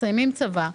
מסיימים צבא,